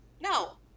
No